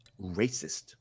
racist